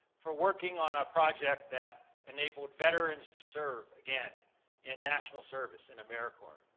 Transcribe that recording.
for working on a project that enabled veterans to serve again in national service in americorps.